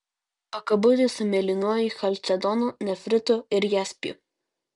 pakabutį su mėlynuoju chalcedonu nefritu ir jaspiu